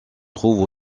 trouve